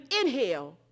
inhale